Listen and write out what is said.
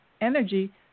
energy